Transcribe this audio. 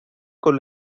con